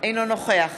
אינו נוכח